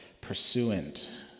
pursuant